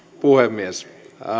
puhemies